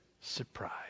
surprise